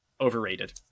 Overrated